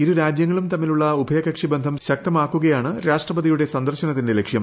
ഇരു രാജ്യങ്ങളും തമ്മിലുളള ഉഭയകക്ഷി ബ്ന്ധം ശക്തമാക്കുകയാണ് രാഷ്ട്രപതിയുടെ സന്ദർശനത്തിന്റെ ലക്ഷ്യം